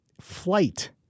flight